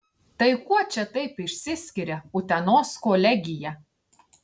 tai kuo čia taip išsiskiria utenos kolegija